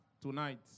tonight